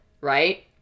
right